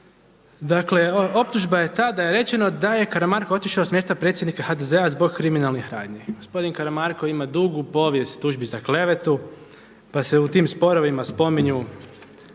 Dakle optužba je ta da je rečeno da je Karamarko otišao s mjesta predsjednik HDZ-a zbog kriminalnih radnji. Gospodin Karamarko ima dugu povijest tužbi za klevetu pa se u tim sporovima spominju